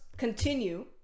continue